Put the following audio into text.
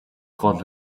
гол